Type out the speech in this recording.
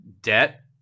debt